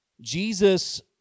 Jesus